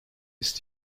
ist